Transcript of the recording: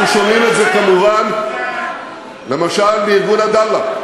אנחנו שומעים את זה, כמובן, למשל בארגון "עדאלה".